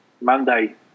Monday